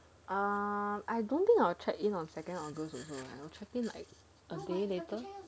um I don't think I'll check in on second august maybe like a day later